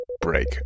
break